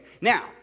now